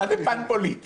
מה זה פן פוליטי?